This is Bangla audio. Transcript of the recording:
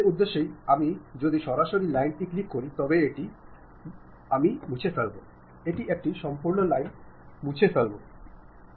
সেই উদ্দেশ্যে আমি যদি সরাসরি লাইনটি ক্লিক করি তবে এটি মুছুন এটি একটি সম্পূর্ণ লাইন মুছে ফেলবে